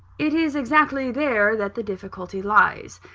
it is exactly there that the difficulty lies.